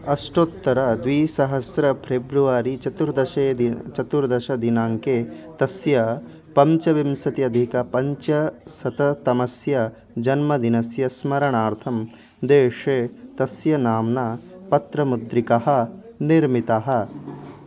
अष्टोत्तरद्विसहस्र फ्रेब्रुवारि चतुर्दशे दि चतुर्दशदिनाङ्के तस्य पञ्चविंशत्यधिक पञ्चशततमस्य जन्मदिनस्य स्मरणार्थं देशे तस्य नाम्ना पत्रमुद्रिकः निर्मितः